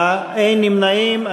אין נמנעים.